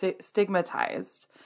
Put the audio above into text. stigmatized